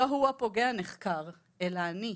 לא הוא הפוגע נחקר, אלא אני.